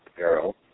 arrow